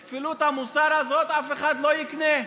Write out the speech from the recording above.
את כפילות המוסר הזאת אף אחד לא יקנה.